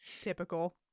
Typical